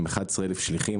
עם 11 אלף שליחים,